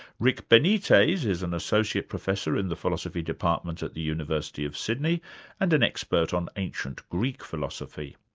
rick benitez is an associate professor in the philosophy department at the university of sydney and an expert on ancient greek philosophy.